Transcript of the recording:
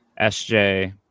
sj